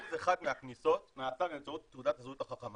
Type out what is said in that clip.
מ-1% מהכניסות נעשה באמצעות תעודת הזהות החכמה.